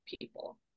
people